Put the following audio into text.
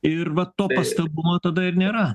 ir va tokio pastabumo tada ir nėra